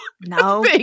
no